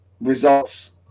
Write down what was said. results